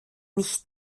nicht